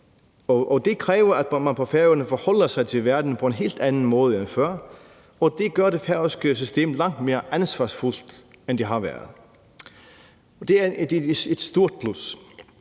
det kræver, at man på Færøerne forholder sig til verden på en helt anden måde end før, og det gør det færøske system langt mere ansvarsfuldt, end det har været. Og det er et stort plus.